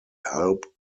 helped